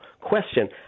question